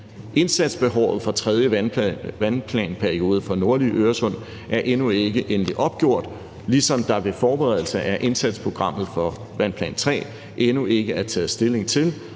Indsatsbehovet for tredje vandplanperiode for nordlige Øresund er endnu ikke endeligt opgjort, ligesom der ved forberedelse af indsatsprogrammet for vandplan 3 endnu ikke er taget stilling til,